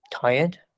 tired